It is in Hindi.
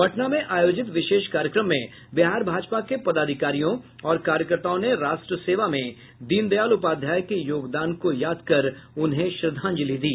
पटना में आयोजित विशेष कार्यक्रम में बिहार भाजपा के पदाधिकारियों और कार्यकर्ताओं ने राष्ट्रसेवा में दीन दयाल उपाध्याय के योगदानों को याद कर उन्हे श्रद्धांजलि दी